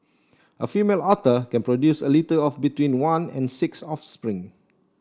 a female otter can produce a litter of between one and six offspring